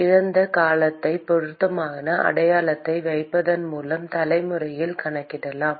இழந்த காலத்தை பொருத்தமான அடையாளத்தை வைப்பதன் மூலம் தலைமுறையில் கணக்கிடலாம்